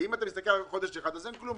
כי אם אתה מסתכל על חודש אחד הכול בסדר,